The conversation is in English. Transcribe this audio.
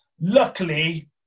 Luckily